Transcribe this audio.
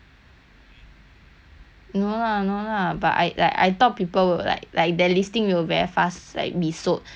no lah no lah but I like I thought people would like like the listing will very fast like be sold because I like it to like see